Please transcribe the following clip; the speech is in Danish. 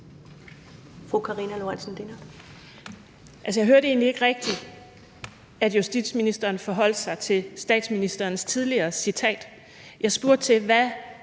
jeg hørte egentlig ikke rigtig, at justitsministeren forholdt sig til statsministerens tidligere citat.